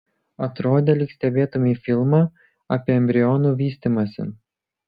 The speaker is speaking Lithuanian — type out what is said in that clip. atrodė lyg stebėtumei filmą apie embrionų vystymąsi